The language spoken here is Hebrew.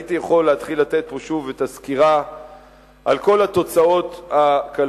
הייתי יכול להתחיל לתת פה שוב את הסקירה על כל התוצאות הכלכליות,